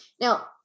now